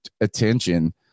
attention